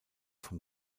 vom